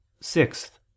sixth